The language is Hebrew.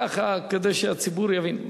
כדי שהציבור יבין,